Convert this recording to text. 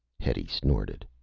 hetty snorted.